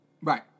Right